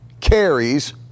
carries